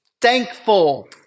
thankful